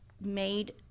made